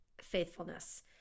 faithfulness